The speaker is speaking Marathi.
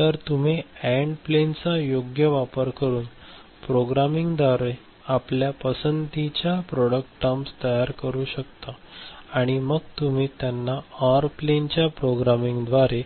तर तुम्ही एन्ड प्लेन चा योग्य वापर करून प्रोग्रामिंगद्वारे आपल्या पसंतीच्या प्रॉडक्ट टर्म तयार करू शकता आणि मग तुम्ही त्यांना ऑर प्लेनच्या प्रोग्रामिंगद्वारे